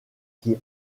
qui